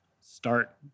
Start